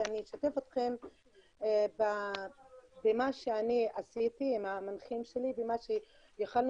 ואני אשתף אתכם במה שאני עשיתי עם המנחים שלי ומה שיכולנו